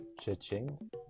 Cha-ching